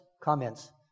comments